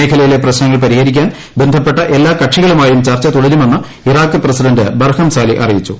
മേഖലയിലെ പ്രശ്നങ്ങൾ പരിഹരിക്കാൻ ബന്ധപ്പെട്ട എല്ലാ കക്ഷികളുമായും ചർച്ച തുടരുമെന്ന് ഇറാക്ക് പ്രസിഡന്റ് ബർഹം സാലി അറിയിച്ചു